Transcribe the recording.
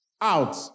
out